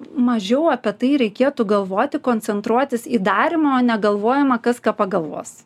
mažiau apie tai reikėtų galvoti koncentruotis į darymą o negalvojimą kas ką pagalvos